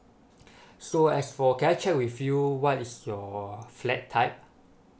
so as for can I check with you what is your flat type